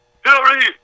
Hurry